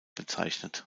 bezeichnet